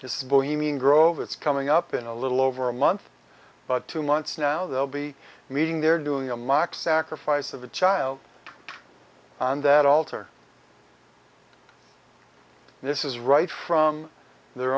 just bohemian grove it's coming up in a little over a month but two months now they'll be meeting they're doing a mock sacrifice of a child on that altar this is right from their